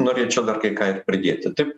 norėčiau dar kai ką ir pridėti taip